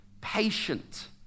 patient